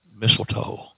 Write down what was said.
mistletoe